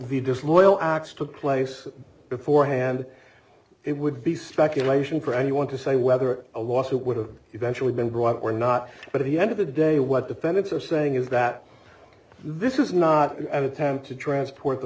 the disloyal acts took place beforehand it would be speculation for anyone to say whether a lawsuit would have eventually been brought or not but he ended the day what defendants are saying is that this is not an attempt to transport the